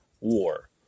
war